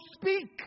speak